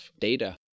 data